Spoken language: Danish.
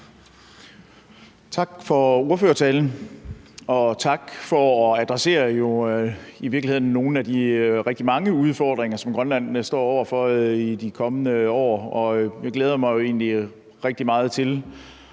Tak for ordførertalen, og tak for at adressere nogle af de rigtig mange udfordringer, som Grønland står over for i de kommende år. Jeg glæder mig rigtig meget til